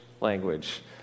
language